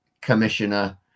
commissioner